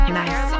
nice